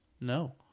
No